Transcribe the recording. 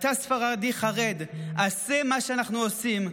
אתה ספרדי חרד, עשה מה שאנחנו עושים,